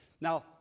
Now